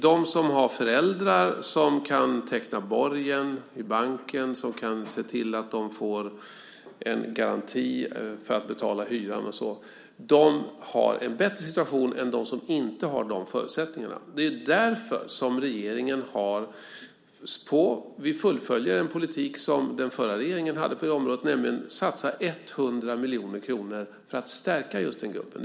De som har föräldrar som kan teckna borgen i banken, som kan se till att de får en garanti när det gäller att betala hyran och så vidare har en bättre situation än dem som inte har de förutsättningarna. Det är därför som regeringen har SBO. Vi fullföljer den politik som den förra regeringen hade på det området. Vi satsar nämligen 100 miljoner kronor för att stärka just den gruppen.